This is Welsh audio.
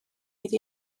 iddi